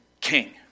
king